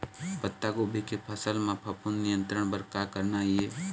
पत्तागोभी के फसल म फफूंद नियंत्रण बर का करना ये?